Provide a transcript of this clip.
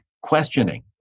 questioning